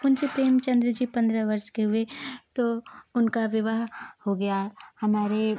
मुंशी प्रेमचन्द जी पन्द्रह वर्ष के हुए तो उनका विवाह हो गया हमारे